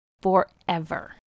forever